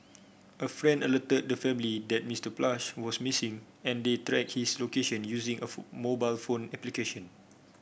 a friend alerted the family that Mister Plush was missing and they tracked his location using a phone mobile phone application